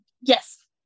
Yes